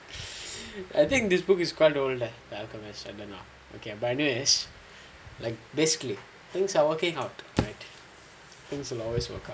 I think this book is quite old ah okay but like basically things are working out things will always work out